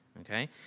okay